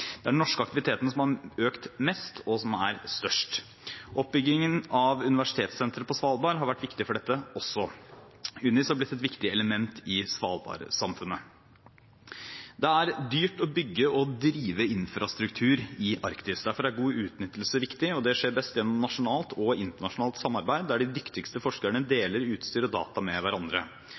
den norske aktiviteten som har økt mest, og som er størst. Oppbyggingen av Universitetssenteret på Svalbard har også vært viktig for dette. UNIS har blitt et viktig element i svalbardsamfunnet. Det er dyrt å bygge og drive infrastruktur i Arktis. Derfor er god utnyttelse viktig, og det skjer best gjennom nasjonalt og internasjonalt samarbeid, der de dyktigste forskerne deler utstyr og data med